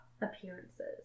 appearances